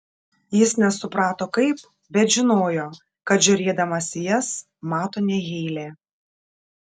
jis nesuprato kaip bet žinojo kad žiūrėdamas į jas mato ne heilę